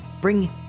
bring